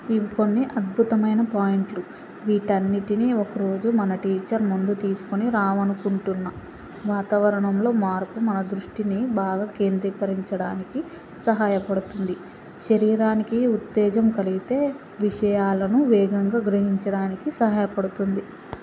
ఇవి కొన్ని అద్భుతమైన పాయింట్లు వీటన్నిటినీ ఒక రోజు మన టీచర్ ముందు తీసుకుని రావనుకుంటున్నాను వాతావరణంలో మార్పు మన దృష్టిని బాగా కేంద్రీకరించడానికి సహాయపడుతుంది శరీరానికి ఉత్తేజం కలిగితే విషయాలను వేగంగా గ్రహించడానికి సహాయపడుతుంది